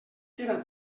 era